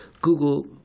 Google